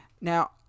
Now